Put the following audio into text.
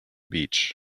beach